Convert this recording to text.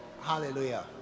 hallelujah